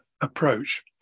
approach